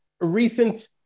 recent